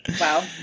Wow